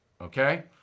Okay